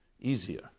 easier